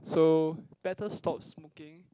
so better stop smoking